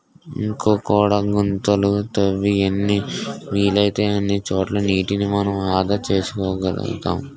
ఇంకుడు గుంతలు తవ్వి ఎన్ని వీలైతే అన్ని చోట్ల నీటిని మనం ఆదా చేసుకోగలుతాం